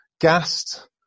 gassed